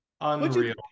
unreal